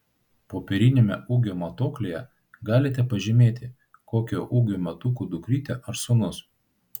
popieriniame ūgio matuoklyje galite pažymėti kokio ūgio metukų dukrytė ar sūnus